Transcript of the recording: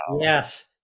Yes